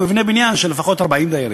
הוא יבנה בניין של לפחות 40 דיירים,